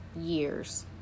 Years